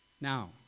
Now